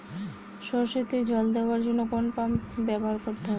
সরষেতে জল দেওয়ার জন্য কোন পাম্প ব্যবহার করতে হবে?